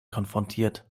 konfrontiert